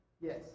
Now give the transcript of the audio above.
Yes